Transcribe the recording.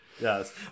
yes